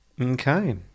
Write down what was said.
Okay